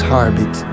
Harbit